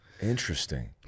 Interesting